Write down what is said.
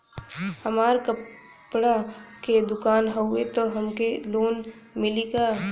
हमार कपड़ा क दुकान हउवे त हमके लोन मिली का?